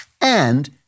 And-